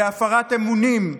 בהפרת אמונים,